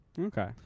Okay